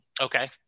okay